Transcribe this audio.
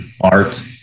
art